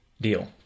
deal